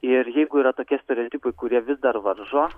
ir jeigu yra tokie stereotipai kurie vis dar varžo